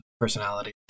personality